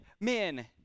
men